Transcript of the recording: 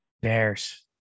Bears